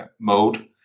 mode